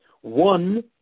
One